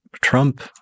Trump